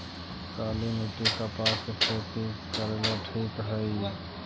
काली मिट्टी, कपास के खेती करेला ठिक हइ?